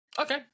okay